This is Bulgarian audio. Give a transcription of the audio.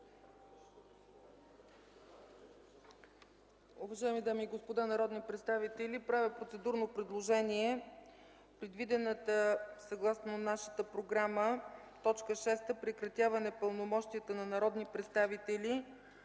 Уважаеми дами и господа народни представители, правя процедурно предложение предвидената съгласно нашата програма точка шеста: прекратяване пълномощията на народни представители,